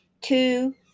Two